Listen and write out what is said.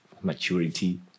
maturity